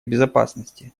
безопасности